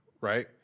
right